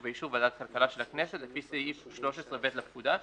ובאישור ועדת הכלכלה של הכנסת לפי סעיף 13(ב) לפקודה,